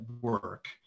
work